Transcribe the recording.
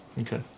Okay